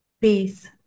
peace